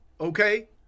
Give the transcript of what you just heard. Okay